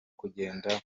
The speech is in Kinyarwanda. kugenda